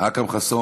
אכרם חסון,